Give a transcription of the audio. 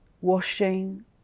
washing